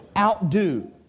outdo